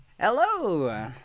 hello